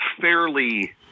fairly